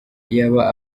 iyaba